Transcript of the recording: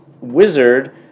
wizard